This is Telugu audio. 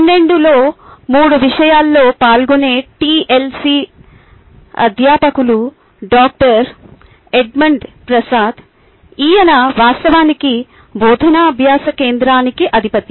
12 లో 3 విషయాలలో పాల్గొనే టిఎల్సి అధ్యాపకులు డాక్టర్ ఎడమన ప్రసాద్ ఈయన వాస్తవానికి బోధనా అభ్యాస కేంద్రానికి అధిపతి